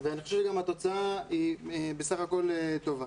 ‏ואני חושב שגם התוצאה היא בסך הכול טובה.